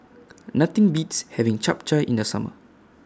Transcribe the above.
Nothing Beats having Chap Chai in The Summer